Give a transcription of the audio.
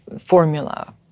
formula